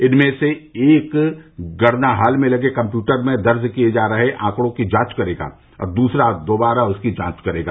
इनमें से एक गणना हाल में लगे कम्प्यूटर में दर्ज किये जा रहे आंकड़ों की जांच करेगा और दूसरा दोबारा उसकी जांच करेगा